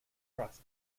crust